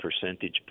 percentage